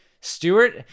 Stewart